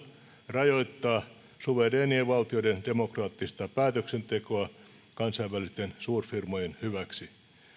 rajoittaa suvereenien valtioiden demokraattista päätöksentekoa kansainvälisten suurfirmojen hyväksi